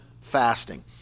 Fasting